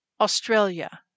Australia